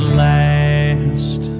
last